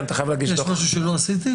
יש משהו שלא עשיתי?